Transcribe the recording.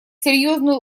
серьезную